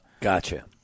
Gotcha